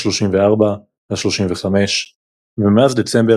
השלושים וארבע והשלושים וחמש; ומאז דצמבר